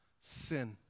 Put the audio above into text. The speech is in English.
Sin